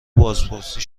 بازپرسی